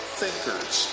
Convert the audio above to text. thinkers